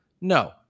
No